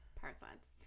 Parasites